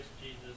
Jesus